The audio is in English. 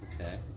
okay